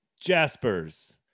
Jaspers